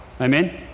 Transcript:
amen